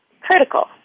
critical